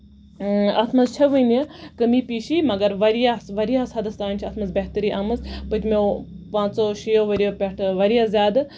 اَتھ منٛز چھےٚ ؤنہِ کٔمی پِشی مَگر واریاہ واریاہَس حَدَس تانۍ چھِ اَتھ منٛز بہتٔری آمٕژ پٔتمیو پانٛژو شیو ؤریو پٮ۪ٹھ واریاہ زیادٕ